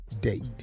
date